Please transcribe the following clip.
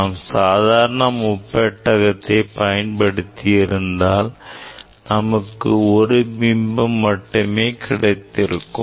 நாம் சாதாரண முப்பெட்டகத்தின் பயன்படுத்தி இருந்தால் நமக்கு ஒரு பிம்பம் மட்டுமே கிடைத்திருக்கும்